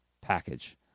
package